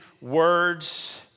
words